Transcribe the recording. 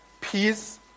peace